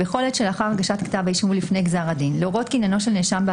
בכל עת שלאחר הגשת כתב האישום נאשם לדיון